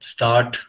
Start